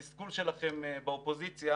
התסכול שלכם באופוזיציה,